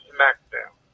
SmackDown